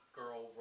girl